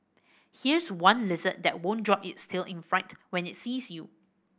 here's one lizard that won't drop its tail in fright when it sees you